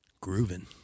Grooving